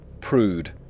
Prude